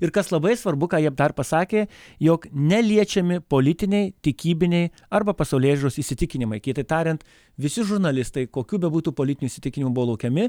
ir kas labai svarbu ką jie dar pasakė jog neliečiami politiniai tikybiniai arba pasaulėžiūros įsitikinimai kitaip tariant visi žurnalistai kokių bebūtų politinių įsitikinimų buvo laukiami